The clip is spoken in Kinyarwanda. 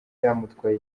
byamutwaye